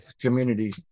community